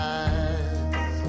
eyes